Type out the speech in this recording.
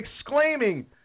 exclaiming